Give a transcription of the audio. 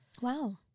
Wow